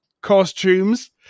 costumes